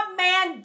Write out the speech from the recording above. man